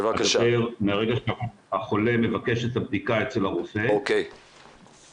מהרגע שהחולה מבקש את הבדיקה אצל הרופא, עד